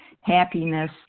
happiness